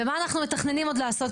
ומה אנחנו מתכננים עוד לעשות.